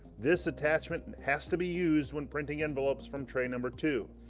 this attachment and has to be used when printing envelopes from tray number two.